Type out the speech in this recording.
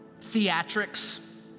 theatrics